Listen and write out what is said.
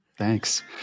Thanks